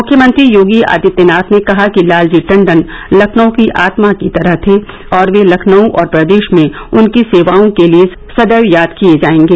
मुख्यमंत्री योगी आदित्यनाथ ने कहा कि लालजी टंडन लखनऊ की आत्मा की तरह थे और वे लखनऊ और प्रदेश में उनकी सेवाओं के लिए सर्देव याद किए जाएंगे